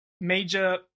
major